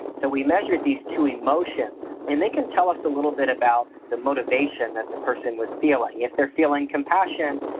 so we measured these two emotions and they can tell us a little bit about the motivation that the person was feeling. if they are feeling compassion,